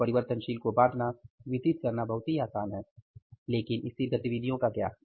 तो परिवर्तनशील को बाँटना वितरित करना बहुत ही आसान है लेकिन स्थिर गतिविधियों का क्या